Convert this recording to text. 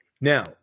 Now